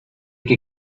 que